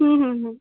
হুম হুম হুম